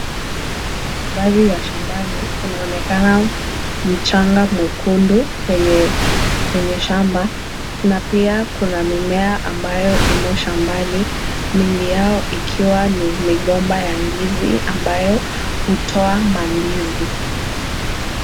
Haya ni mandhari ya shambani. Kunaonekana mchanga mwekundu kwenye, kwenye shamba, na pia kuna mimea ambayo imo shambani, mingi yao ikiwa ni migomba ya ndizi ambayo hutoa mandizi.